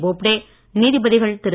போப்டே நீதிபதிகள் திரு